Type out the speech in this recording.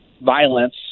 violence